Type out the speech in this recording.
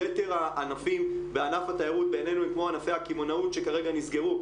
יתר הענפים בענף התיירות כמו נושא הקמעונאות שכרגע נסגרו,